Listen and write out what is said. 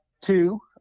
two